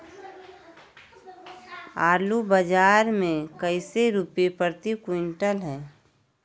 आलू बाजार मे कैसे रुपए प्रति क्विंटल है?